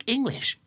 English